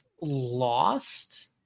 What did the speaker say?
lost